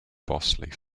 bosley